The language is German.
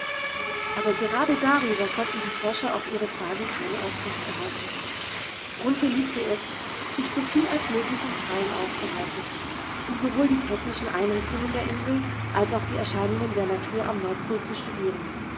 aber gerade darüber konnten die forscher auf ihre fragen keine auskunft erhalten grunthe liebte es sich soviel als möglich im freien aufzuhalten um sowohl die technischen einrichtungen der insel als auch die erscheinungen der natur am nordpol zu studieren